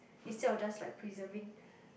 instead of just like preserving